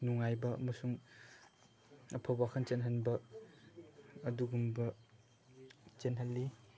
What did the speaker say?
ꯅꯨꯡꯉꯥꯏꯕ ꯑꯃꯁꯨꯡ ꯑꯐꯕ ꯋꯥꯈꯜ ꯆꯦꯜꯍꯟꯕ ꯑꯗꯨꯒꯨꯝꯕ ꯆꯦꯜꯍꯜꯂꯤ